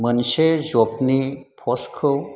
मोनसे जबनि पस्टखौ